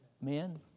Men